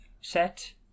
set